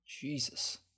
Jesus